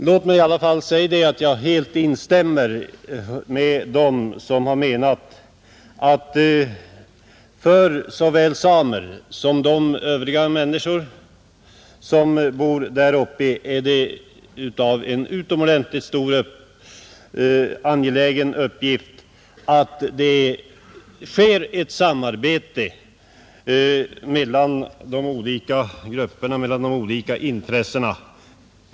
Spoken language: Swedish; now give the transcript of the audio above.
Låt mig i alla fall helt instämma med dem som har menat att det för såväl samer som de övriga människor som bor där uppe är utomordentligt angeläget att det sker ett samarbete mellan de olika intressegrupperna.